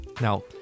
Now